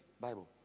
Bible